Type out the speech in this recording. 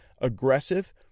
aggressive